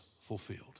fulfilled